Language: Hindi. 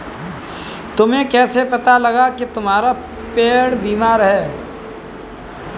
तुम्हें कैसे पता लगा की तुम्हारा पेड़ बीमार है?